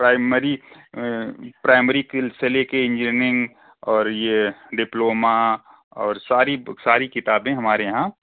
primary primary field से लेके engineering और ये डिप्लोमा और सारी ब सारी किताबें हमारे यहाँ